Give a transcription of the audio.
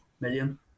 million